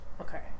okay